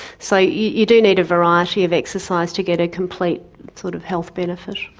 so you do need a variety of exercise to get a complete sort of health benefit.